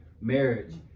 marriage